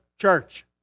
church